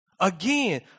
Again